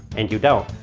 and you don't.